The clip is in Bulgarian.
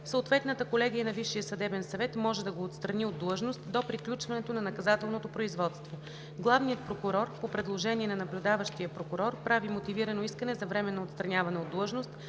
съответната колегия на Висшия съдебен съвет може да го отстрани от длъжност до приключването на наказателното производство. Главният прокурор по предложение на наблюдаващия прокурор прави мотивирано искане за временно отстраняване от длъжност,